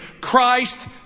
Christ